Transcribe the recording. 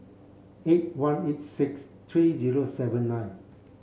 eight one eight six three zero seven nine